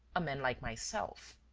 a man like myself.